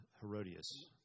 Herodias